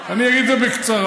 אני אגיד את זה בקצרה.